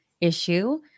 issue